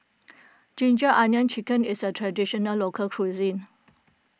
Ginger Onions Chicken is a Traditional Local Cuisine